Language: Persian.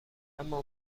اما